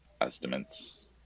estimates